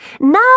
Now